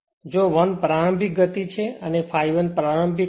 જો 1 પ્રારંભિક ગતિ છે અને ∅1 પ્રારંભિક કરંટ છે